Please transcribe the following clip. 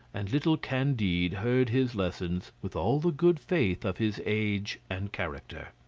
and little candide heard his lessons with all the good faith of his age and character.